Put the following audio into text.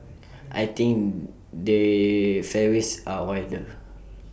I think the fairways are wider